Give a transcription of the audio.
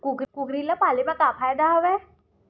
कुकरी ल पाले म का फ़ायदा हवय?